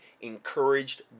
encouraged